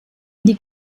die